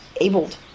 abled